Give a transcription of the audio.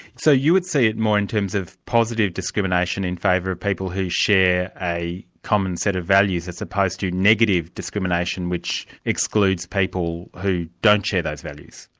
so you would see it more in terms of positive discrimination in favour of people who share a common set of values, as opposed to negative discrimination which excludes people who don't share those values?